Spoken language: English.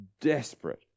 desperate